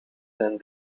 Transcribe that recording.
zijn